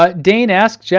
ah dane asks, yeah